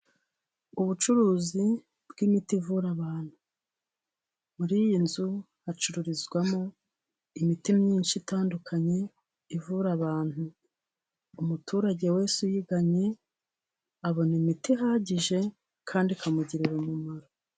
Ubucuruzi bw'imiti ivura abantu, muri iyi nzu hacururizwamo imiti myinshi itandukanye ivura abantu. Umuturage wese uyigannye abona imiti ihagije kandi ikamugirira umumaro.